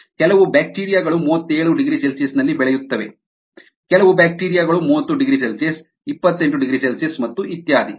ಕೆಲವು ಬ್ಯಾಕ್ಟೀರಿಯಾ ಗಳು 370C ನಲ್ಲಿ ಬೆಳೆಯುತ್ತವೆ ಕೆಲವು ಬ್ಯಾಕ್ಟೀರಿಯಾ ಗಳು 300C 280C ಮತ್ತು ಇತ್ಯಾದಿ